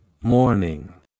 morning